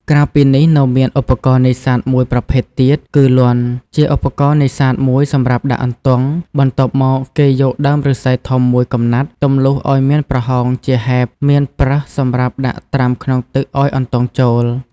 ក្រៅពីនេះនៅមានឧបករណ៍នេសាទមួយប្រភេទទៀតគឺ លាន់ ជាឧបករណ៍នេសាទមួយសម្រាប់ដាក់អន្ទង់ បន្ទាប់មកគេយកដើមឫស្សីធំមួយកំណាត់ ទម្លុះឲ្យមានប្រហោងជាហែប មានប្រឹសសម្រាប់ដាក់ត្រាំក្នុងទឹកឲ្យអន្ទង់ចូល។